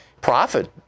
profit